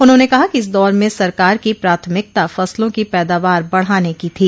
उन्होंने कहा कि इस दौर में सरकार की प्राथमिकता फसलों की पैदावार बढ़ाने की थी